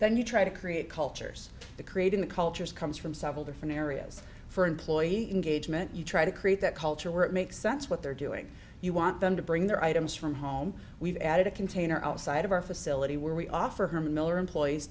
then you try to create cultures the creating the cultures comes from several different areas for employee engagement you try to create that culture where it makes sense what they're doing you want them to bring their items from home we've added a container outside of our facility where we offer herman miller employees